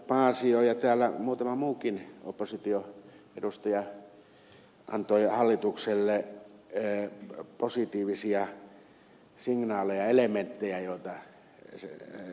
paasio ja muutama muukin oppositioedustaja antoivat hallitukselle positiivisia signaaleja elementtejä joita ed